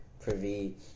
privy